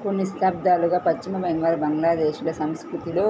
కొన్ని శతాబ్దాలుగా పశ్చిమ బెంగాల్, బంగ్లాదేశ్ ల సంస్కృతిలో